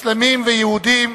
מוסלמים ויהודים,